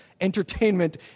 Entertainment